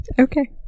Okay